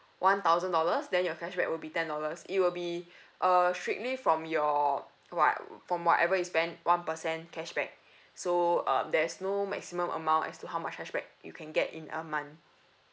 one thousand dollars then your cashback will be ten dollars it will be uh strictly from your what~ from whatever you spend one percent cashback so uh there's no maximum amount as to how much cashback you can get in a month